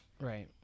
right